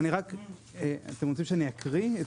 אתם רוצים שאני אקריא?